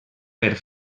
per